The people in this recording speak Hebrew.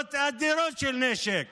כמויות אדירות של נשק